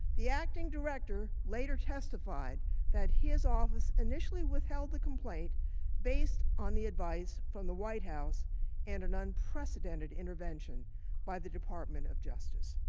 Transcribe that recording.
the acting director later testified that his office initially withheld the complaint based on the advice from the white house and an unprecedented intervention the department of justice.